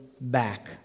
back